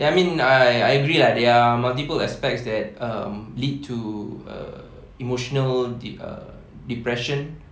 ya I mean I I agree ah there are multiple aspects that um lead to err emotional err depression